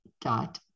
dot